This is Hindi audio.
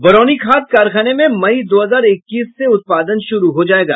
बरौनी खाद कारखाने में मई दो हजार इक्कीस से उत्पादन शुरू हो जायेगा